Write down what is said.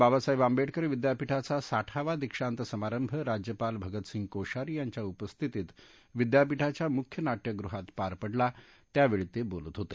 बाबासाहेब आंबेडकर विद्यापीठाचा साठावा दीक्षांत समारंभ राज्यपाल भगतसिंह कोश्यारी यांच्या उपस्थितीत विद्यापीठाच्या मुख्य नाट्यगुहात पार पडला त्यावेळी ते बोलत होते